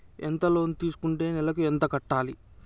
ఎంత లోన్ తీసుకుంటే నెలకు ఎంత కట్టాలి?